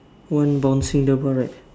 one bouncing the ball right